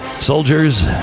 Soldiers